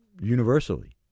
universally